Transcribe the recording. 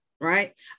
Right